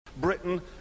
Britain